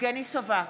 יבגני סובה,